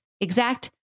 exact